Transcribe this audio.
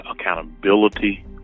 accountability